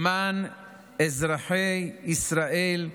למען אזרחי ישראל,